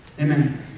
Amen